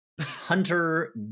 Hunter